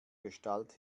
gestalt